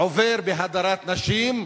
עובר בהדרת נשים,